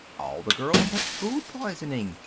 all the girls had food poisoning,